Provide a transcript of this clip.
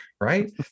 right